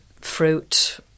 fruit